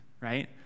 right